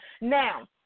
Now